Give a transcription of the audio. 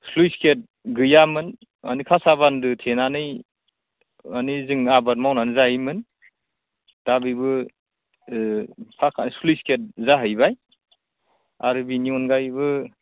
sluice gate गैयामोन माने कासा बान्दो थेनानै माने जों आबाद मावनानै जायोमोन दा बेबो ओ स्लुइस गेट जाहैबाय आरो बिनि अनगायैबो